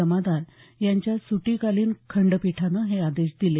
जमादार यांच्या सुटीकालीन खंडपीठानं हे आदेश दिले